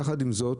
יחד עם זאת,